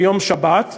ביום שבת,